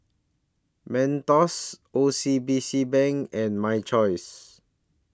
Mentos O C B C Bank and My Choice